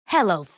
Hello